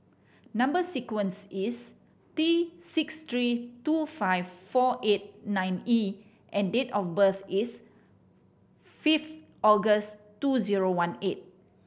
number sequence is T six three two five four eight nine E and date of birth is fifth August two zero one eight